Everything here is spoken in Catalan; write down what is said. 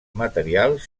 materials